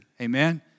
Amen